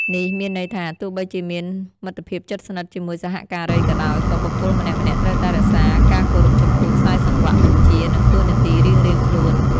នេះមានន័យថា ទោះបីជាមានមិត្តភាពជិតស្និទ្ធជាមួយសហការីក៏ដោយ ក៏បុគ្គលម្នាក់ៗត្រូវតែរក្សាការគោរពចំពោះខ្សែសង្វាក់បញ្ជា និងតួនាទីរៀងៗខ្លួន។